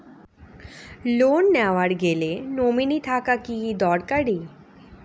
Loan নেওয়ার গেলে nominee থাকা কি দরকারী?